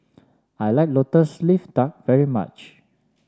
I like lotus leaf duck very much